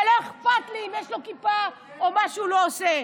ולא אכפת לי אם יש לו כיפה או מה שהוא לא עושה.